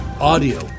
audio